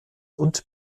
und